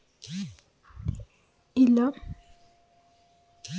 ಅಸ್ಸಾಂ ಚಹಾ ಮತ್ತು ಡಾರ್ಜಿಲಿಂಗ್ ಚಹಾನ ಅತೀ ಹೆಚ್ಚಾಗ್ ಭಾರತದಲ್ ಬೆಳಿತರೆ